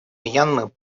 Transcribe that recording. мьянмы